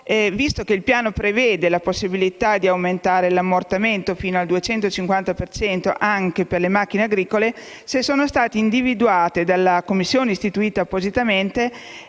visto che il piano prevede la possibilità di aumentare l'ammortamento fino al 250 per cento anche per le macchine agricole, se sono state individuate dalla commissione appositamente